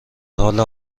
حال